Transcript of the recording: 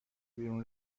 بیرون